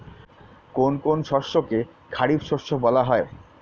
কোন কোন শস্যকে খারিফ শস্য বলা হয়?